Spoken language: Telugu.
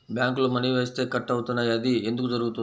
బ్యాంక్లో మని వేస్తే కట్ అవుతున్నాయి అది ఎందుకు జరుగుతోంది?